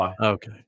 Okay